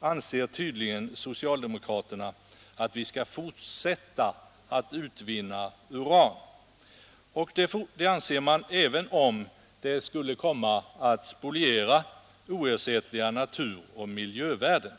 anser tydligen socialdemokraterna att vi skall fortsätta att utvinna uran även om det spolierar oersättliga naturoch miljövärden.